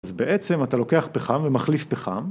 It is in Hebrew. אז בעצם אתה לוקח פחם ומחליף פחם.